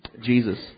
Jesus